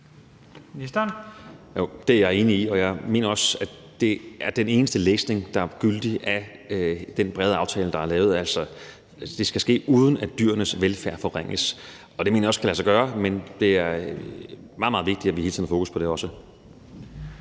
Jo, det er jeg enig i, og jeg mener også, det er den eneste læsning, der er gyldig, af den brede aftale, der er lavet – altså at det skal ske, uden at dyrenes velfærd forringes. Det mener jeg også kan lade sig gøre, men det er meget, meget vigtigt, at vi hele tiden har fokus på det også.